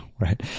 right